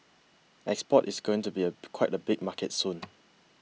export is going to be up quite a big market soon